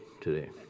today